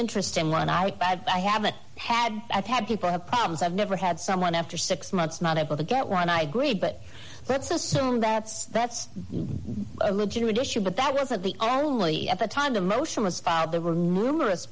interesting one i pad i haven't had that had people have problems i've never had someone after six months not able to get run i agree but let's assume that's that's a legitimate issue but that wasn't the only at the time the motion was filed the